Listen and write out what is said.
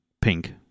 pink